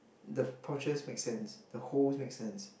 the posture makes sense the hole makes sense